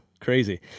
crazy